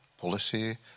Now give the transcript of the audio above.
policy